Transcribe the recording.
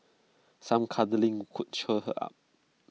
some cuddling could cheer her up